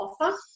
offer